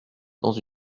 dans